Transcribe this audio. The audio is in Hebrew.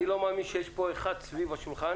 אני לא מאמין שיש פה אחד סביב השולחן